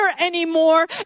anymore